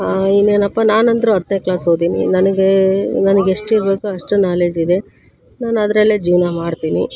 ಹಾಂ ಇನ್ನೇನಪ್ಪ ನಾನಂದ್ರೆ ಹತ್ತನೇ ಕ್ಲಾಸ್ ಓದೀನಿ ನನಗೆ ನನ್ಗೆ ಎಷ್ಟಿರಬೇಕೋ ಅಷ್ಟು ನಾಲೆಜ್ ಇದೆ ನಾನು ಅದರಲ್ಲೇ ಜೀವನ ಮಾಡ್ತೀನಿ